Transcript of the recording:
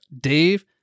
Dave